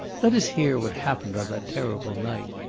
let us hear what happened on that terrible night.